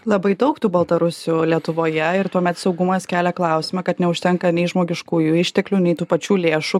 labai daug tų baltarusių lietuvoje ir tuomet saugumas kelia klausimą kad neužtenka nei žmogiškųjų išteklių nei tų pačių lėšų